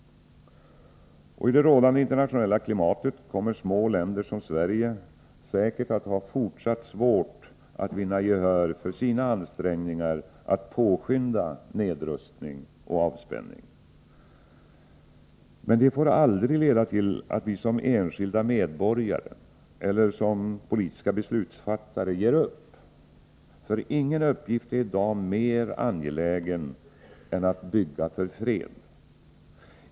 I det rådande internationella klimatet kommer små länder som Sverige säkert att även i fortsättningen ha svårt att vinna gehör för sina ansträngningar att påskynda nedrustning och avspänning. Men det får aldrig leda till att vi som enskilda medborgare eller som politiska beslutsfattare ger upp. Ingen uppgift är i dag mera angelägen än att bygga för fred.